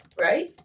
right